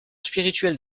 spirituelle